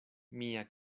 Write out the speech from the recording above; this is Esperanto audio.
mia